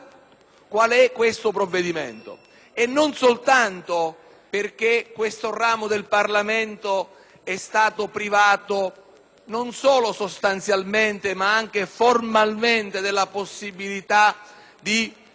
qual è questo provvedimento, e non soltanto perché questo ramo del Parlamento è stato privato sostanzialmente e formalmente della possibilità di